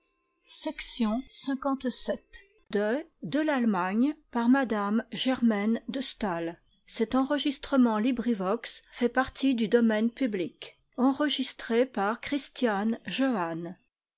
de m rt de